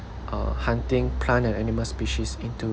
uh hunting plant and animal species into